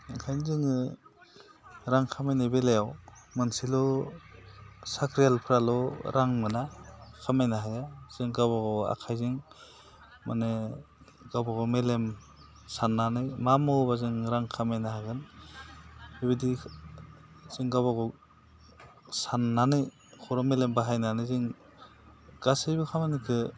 ओंखायनो जोङो रां खामायनाय बेलायाव मोनसेल' साख्रियालफोराल' रां मोना खामायनो हाया जों गावबा गाव आखाइजों माने गावबा गाव मेलेम साननानै मा मावोब्ला जों रां खामायनो हागोन बिबायदि जों गावबा गाव साननानै खर' मेलेम बाहायनानै जों गासैबो खामानिखो